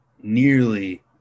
nearly